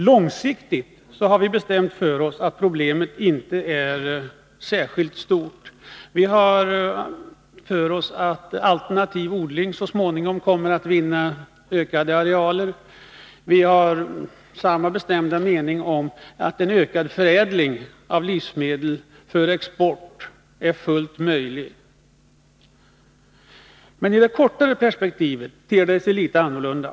Långsiktigt är problemet enligt vår uppfattning inte särskilt stort. Vi anser att ökade arealer så småningom bör tas i bruk för alternativ odling. Vi har samma bestämda mening om att en ökad förädling av livsmedel för export är fullt möjlig. Men i det kortare perspektivet ter det sig litet annorlunda.